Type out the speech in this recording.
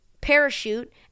parachute